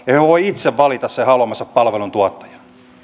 voivat itse valita sen haluamansa palveluntuottajan